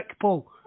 Paul